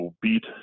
beat